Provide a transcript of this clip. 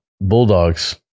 bulldogs